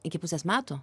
iki pusės metų